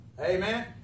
Amen